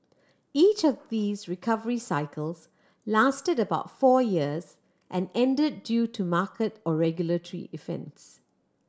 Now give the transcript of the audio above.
each of these recovery cycles lasted about four years and end due to market or regulatory events